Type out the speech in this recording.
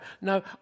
no